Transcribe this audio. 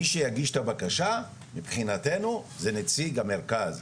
מי שיגיש את הבקשה, מבחינתנו זה נציג המרכז.